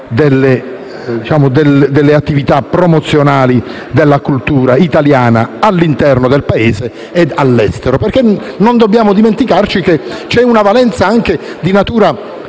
delle attività promozionali della cultura italiana all'interno del Paese e all'estero. Non dobbiamo dimenticarci, infatti, che c'è una valenza anche di natura